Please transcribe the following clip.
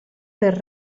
per